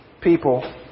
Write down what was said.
people